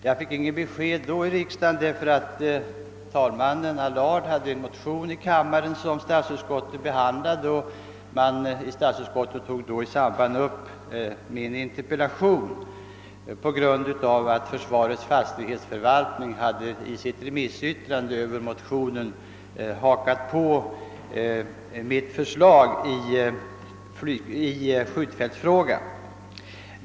Jag fick inget svar av statsrådet på interpellationen, utan saken behandlades i stället så att statsutskottet i utlåtande över en motion av kammarens nuvarande talman, herr Allard, tog upp mitt förslag i skjutfältsfrågan, beroende på att försvarets fastighetsnämnd i sitt remissyttrande omnämnt interpellationen.